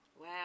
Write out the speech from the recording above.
Wow